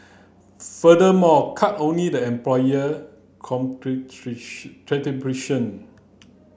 furthermore cut only the employer